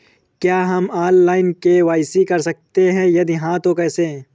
क्या हम online KYC कर सकते हैं यदि हाँ तो कैसे?